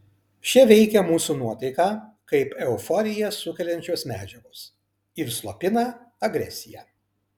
šie veikia mūsų nuotaiką kaip euforiją sukeliančios medžiagos ir slopina agresiją